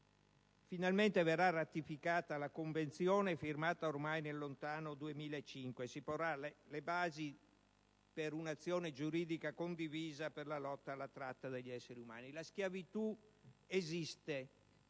Finalmente verrà ratificata la Convenzione firmata ormai nel lontano 2005 e si porranno le basi per un'azione giuridica condivisa per la lotta alla tratta degli esseri umani. La schiavitù esiste.